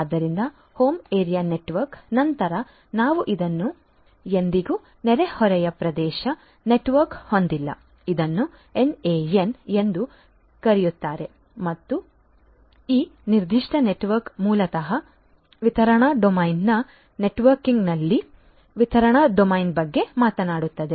ಆದ್ದರಿಂದ home area network ನಂತರ ನಾವು ಇದನ್ನು ಎಂದಿಗೂ ನೆರೆಹೊರೆಯ ಪ್ರದೇಶ ನೆಟ್ವರ್ಕ್ ಹೊಂದಿಲ್ಲ ಇದನ್ನು NAN ಎಂದೂ ಕರೆಯುತ್ತಾರೆ ಮತ್ತು ಆದ್ದರಿಂದ ಈ ನಿರ್ದಿಷ್ಟ ನೆಟ್ವರ್ಕ್ ಮೂಲತಃ ವಿತರಣಾ ಡೊಮೇನ್ನ ನೆಟ್ವರ್ಕಿಂಗ್ನಲ್ಲಿ ವಿತರಣಾ ಡೊಮೇನ್ ಬಗ್ಗೆ ಮಾತನಾಡುತ್ತದೆ